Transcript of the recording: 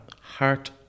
heart